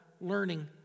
learning